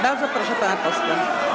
Bardzo proszę pana posła.